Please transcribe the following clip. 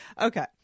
Okay